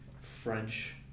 French